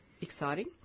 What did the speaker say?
Exciting